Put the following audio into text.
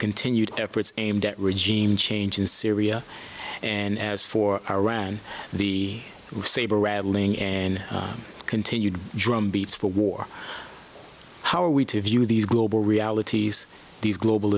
continued efforts aimed at regina's change in syria and as for around the saber rattling and continued drum beats for war how are we to view these global realities these global